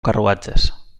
carruatges